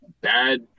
bad